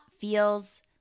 feels